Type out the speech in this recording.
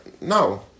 No